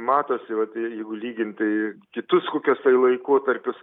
matosi vat jeigu lyginti kitus kokius tai laikotarpius